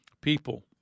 people